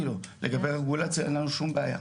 לו לגבי הרגולציה אין לנו שום בעיה.